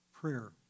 prayer